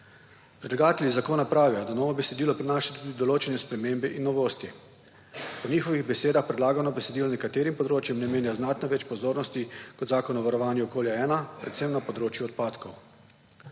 Predlagatelji zakona pravijo, da novo besedilo prinaša tudi določene spremembe in novosti. Po njihovih besedah predlagano besedilo nekaterim področjem namenja znatno več pozornosti kot Zakon o varovanju okolja-1, predvsem na področju odpadkov.